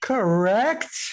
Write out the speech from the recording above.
Correct